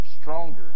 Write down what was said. stronger